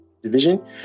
Division